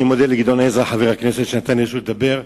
אני מודה לחבר הכנסת גדעון עזרא שנתן לי רשות לדבר לפניו.